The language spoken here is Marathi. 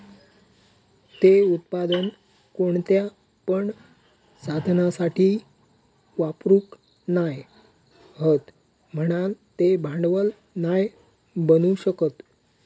ते उत्पादन कोणत्या पण साधनासाठी वापरूक नाय हत म्हणान ते भांडवल नाय बनू शकत